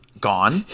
gone